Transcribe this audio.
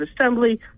assembly